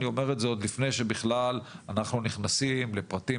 אני אומר את זה עוד לפני שבכלל אנחנו נכנסים לפרטים